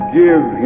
give